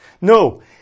No